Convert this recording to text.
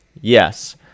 yes